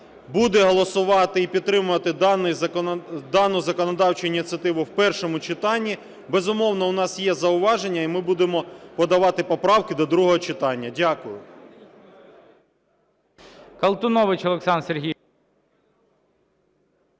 буде голосувати і підтримувати дану законодавчу ініціативу в першому читанні, безумовно, у нас є зауваження і ми будемо подавати поправки до другого читання. Дякую.